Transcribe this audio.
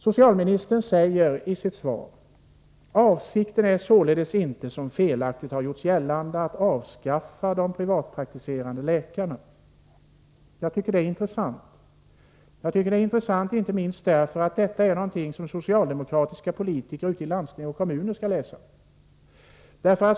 Socialministern säger i sitt svar: ”Avsikten är således inte, som felaktigt har gjorts gällande, att avskaffa de privatpraktiserande läkarna.” Jag tycker det är intressant. Det är intressant inte minst därför att det är någonting som socialdemokratiska politiker ute i landsting och kommuner skall läsa.